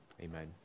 Amen